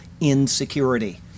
insecurity